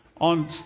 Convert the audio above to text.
on